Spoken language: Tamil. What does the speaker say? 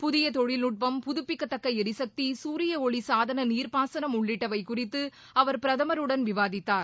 புதிய தொழில்நுட்பம் புதுப்பிக்கத்தக்க ளரிசக்தி சூரியஒளி சாதன நீர்பாசனம் உள்ளிட்டவை குறித்து அவர் பிரதமருடன் விவாதித்தார்